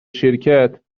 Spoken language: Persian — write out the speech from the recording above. شرکت